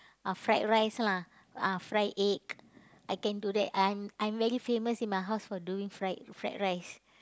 uh fried-rice lah uh fried egg I can do that I'm I'm very famous in my house for doing fried fried-rice